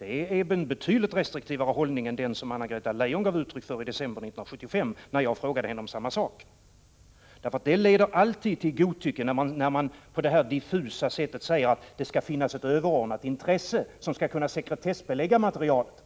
innebär nämligen en betydligt restriktivare hållning än den som Anna-Greta Leijon gav uttryck för i december 1975, när jag frågade henne om samma sak. Det leder alltid till godtycke när man på det här diffusa sättet hänvisar till att det finns ett överordnat intresse som avgör om man skall sekretessbelägga materialet.